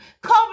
Cover